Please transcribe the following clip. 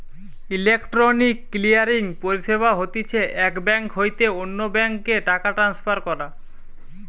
electronic clearing পরিষেবা হতিছে এক বেঙ্ক হইতে অন্য বেঙ্ক এ টাকা ট্রান্সফার করা